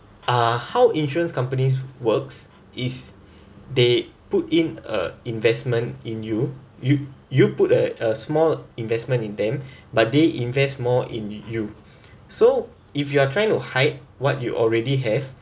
uh how insurance companies works is they put in a investment in you you you put a a small investment in them but they invest more in you so if you are trying to hide what you already have